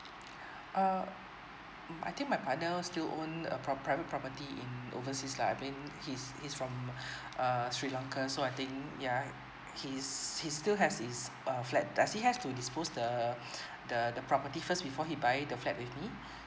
uh I think my partner still own a pro~ private property in overseas lah I mean he's he is from uh sri lanka so I think ya he is he still has his uh flat does he have to dispose the the the property first before he buy the flat with me